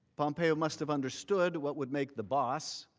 pompeo must have understood what would make the boss,